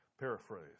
Paraphrase